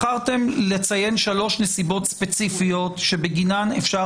בחרתם לציין שלוש נסיבות ספציפיות בגינן אפשר